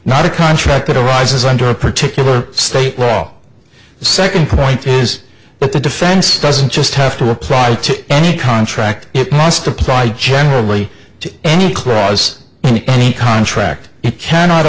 not a contract that arises under a particular state law the second point is that the defense doesn't just have to apply to any contract it must apply generally to any clause in a contract it cannot